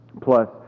plus